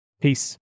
Peace